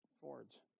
Fords